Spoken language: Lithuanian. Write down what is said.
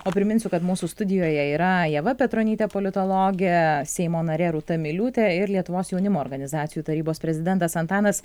o priminsiu kad mūsų studijoje yra ieva petronytė politologė seimo narė rūta miliūtė ir lietuvos jaunimo organizacijų tarybos prezidentas antanas